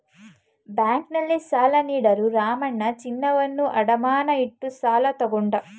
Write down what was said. ಬ್ಯಾಂಕ್ನಲ್ಲಿ ಸಾಲ ನೀಡಲು ರಾಮಣ್ಣ ಚಿನ್ನವನ್ನು ಅಡಮಾನ ಇಟ್ಟು ಸಾಲ ತಗೊಂಡ